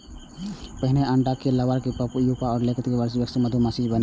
पहिने अंडा, फेर लार्वा, फेर प्यूपा आ तेकर बाद वयस्क मधुमाछी बनै छै